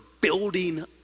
building